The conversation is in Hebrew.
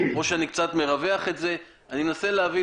או שאני קצת מרווח את זה- אני מנסה להבין